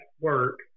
work